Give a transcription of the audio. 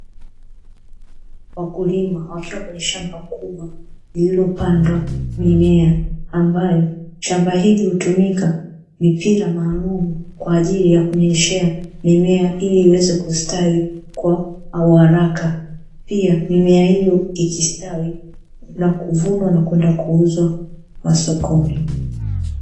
Wakulima wakiwa kwenye shamba kubwa lililopandwa mimea ambayo shamba hili hutumika mipira maalumu kwa ajili ya kunyeshea mimea ili iweze kustawi kwa uharaka, pia mimea hiyo ikistawi na kuvunwa na kwenda kuuzwa masokoni.